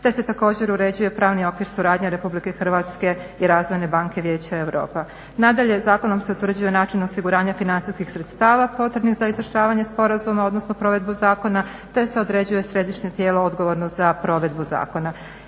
te se također uređuje pravni okvir suradnje Republike Hrvatske i Razvojne banke Vijeća Europe. Nadalje, zakonom se utvrđuje način osiguranja financijskih sredstava potrebnih za izvršavanje sporazuma, odnosno provedbu zakona te se određuje središnje tijelo odgovorno za provedbu zakona.